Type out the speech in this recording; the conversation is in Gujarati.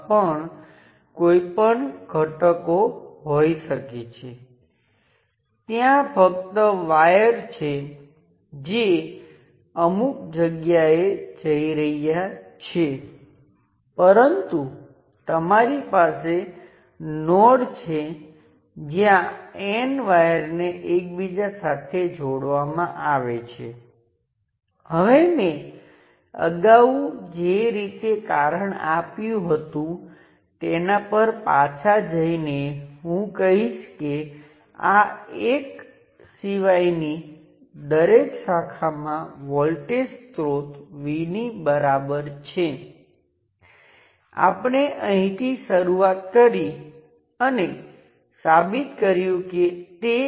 મેં એ પણ બતાવ્યું કે વોલ્ટેજ સોર્સ અને રેઝિસ્ટન્સનું મૂલ્ય કેવી રીતે નક્કી કરવું તે વોલ્ટેજ સોર્સનું મૂલ્ય એ બીજું કંઈ નથી પણ તમે જોઈ શકો કે એક અને એક પ્રાઇમ ટર્મિનલ્સમાં વચ્ચેની ઓપન સર્કિટનો વોલ્ટેજ છે અને રેઝિસ્ટન્સ એ બીજું કંઈ નથી પરંતુ સર્કિટમાંના તમામ સ્વતંત્ર સ્ત્રોતને રદ કર્યા પછી તમે ટર્મિનલ એક અને એક પ્રાઇમ વચ્ચેનો રેઝિસ્ટન્સ છે